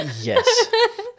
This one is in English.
yes